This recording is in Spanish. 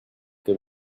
que